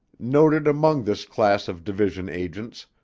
noted among this class of division agents,